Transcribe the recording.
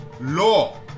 law